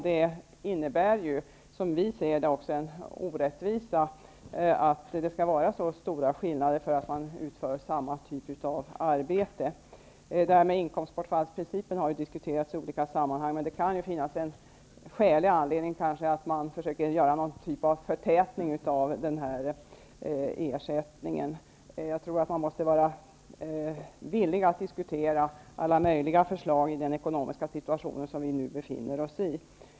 Det innebär som vi ser det också en orättvisa att det skall vara så stora skillnader, när man utför samma typ av arbete. Inkomstbortfallsprincipen har disktuerats i olika sammanhang, men det kan kanske finnas skäl att försöka åstadkomma någon typ av ''förtätning'' av den ersättningen. Jag tror att man i den ekonomiska situation som vi nu befinner oss i måste vara villig att diskutera alla möjliga förslag.